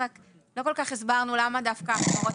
אבל לא כל כך הסברנו למה דווקא ההחמרות